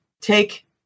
take